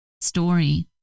story